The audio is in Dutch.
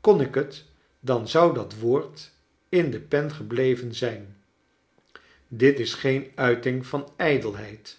kon ik het dan zou dat woord in de pen gebleven zijn dit is geen uiting van ljdelheid